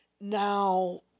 Now